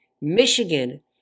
Michigan